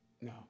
No